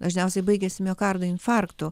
dažniausiai baigiasi miokardo infarktu